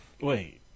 Wait